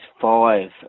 five